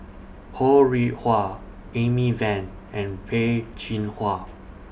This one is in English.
Ho Rih Hwa Amy Van and Peh Chin Hua